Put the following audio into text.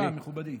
בבקשה, מכובדי.